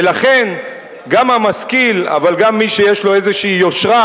ולכן גם המשכיל, אבל גם מי שיש לו איזושהי יושרה,